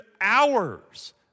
hours